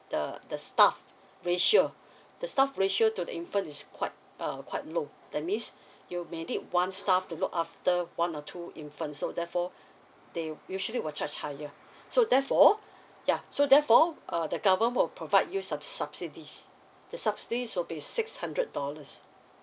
the the staff ratio the staff ratio to the infant is quite uh quite low that means you may need one staff to look after one or two infant so therefore they usually will charge higher so therefore ya so therefore uh the government will provide you some subsidies the subsidies will be six hundred dollars